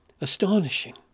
astonishing